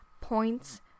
points